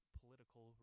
political